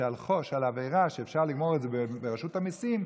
שעל עבירה שאפשר לגמור את זה ברשות המיסים,